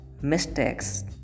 mistakes